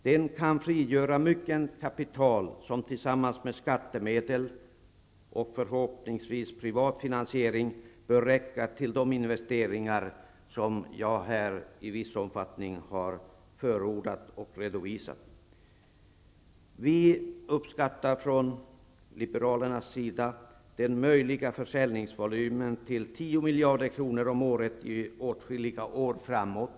Det kan frigöra mycket kapital som, tillsammans med skattemedel och förhoppningsvis privat finansiering, bör räcka till de investeringar jag här i viss mån har förordat och redovisat. Vi från Folkpartiet uppskattar den möjliga försäljningsvolymen till 10 miljarder kronor om året i åtskilliga år framåt.